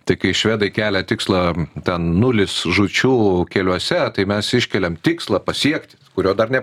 tai kai švedai kelia tikslą ten nulis žūčių keliuose tai mes iškeliam tikslą pasiekti kurio dar ne